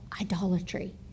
idolatry